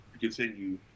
continue